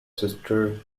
sister